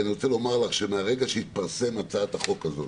אני רוצה לומר לך שמהרגע שהתפרסמה הצעת החוק הזו